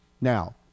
Now